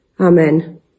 Amen